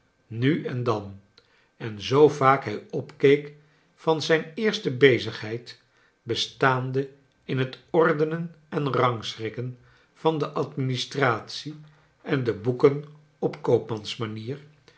nu en dan en zoo vaak hij opkeek van zijn eerste bezigheid bestaande in het ordenen en rangschikken van de administratie en de boeken op